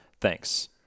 Thanks